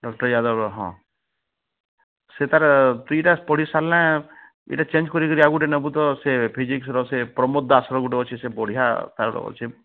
doctor ଯାଦବର ହଁ ସେ ତାର ଦୁଇଟା ପଢ଼ି ସାରିଲା ପରେ ସେଇଟା ଚେଞ୍ଜ କରିକି ଆଉ ଗୋଟେ ନେବୁ ତ ସେ ଫିଜିକ୍ସର ସେ ପ୍ରମୋଦ ଦାସର ଗୋଟେ ଅଛେ ବଢ଼ିଆ ତାର ଅଛେ